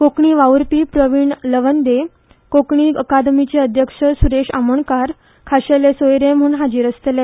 कोंकणी वावुरपी प्रवीण लवंदे कोंकणी अकादेमीचे अध्यक्ष सुरेश गुंडू आमोणकार खाशेले सोयरे म्हूण हाजीर आसतले